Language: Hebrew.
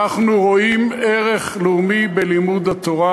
אנחנו רואים ערך לאומי בלימוד התורה,